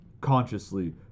consciously